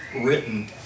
written